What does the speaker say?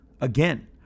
Again